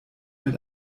mit